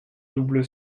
double